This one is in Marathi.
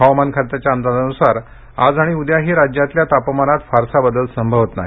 हवामान खात्याच्या अंदाजानुसार आज आणि उद्याही राज्यातल्या तापमानात फारसा बदल संभवत नाही